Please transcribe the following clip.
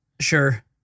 Sure